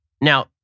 Now